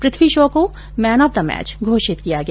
पृथ्वी शॉ को man of the match घोषित किया गया